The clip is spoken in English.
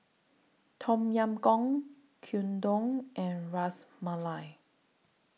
Tom Yam Goong Gyudon and Ras Malai